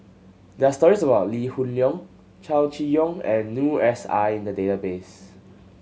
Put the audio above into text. there are stories about Lee Hoon Leong Chow Chee Yong and Noor S I in the database